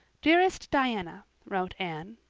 dearest diana wrote anne,